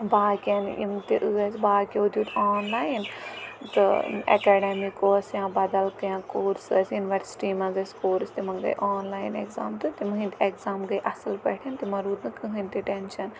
باقٕیَن یِم تہِ ٲسۍ باقیو دیُت آنلاین تہٕ اٮ۪کٮ۪ڈیمِک اوس یا بدل کینٛہہ کورٕس ٲسۍ یوٗنِیوَرسٹی منٛز ٲسۍ کورٕس تِمَن گٔے آنلاین اٮ۪کزام تہٕ تِمَن ہِنٛدۍ اٮ۪کزام گٔے اَصٕل پٲٹھۍ تِمَن روٗد نہٕ کٕہٕنۍ تہِ ٹٮ۪نشَن